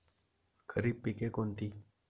खरीप पिके कोणती?